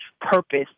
purpose